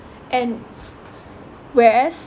and whereas